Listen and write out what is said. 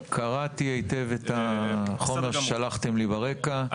קראתי היטב את החומר ששלחתם לי ברקע,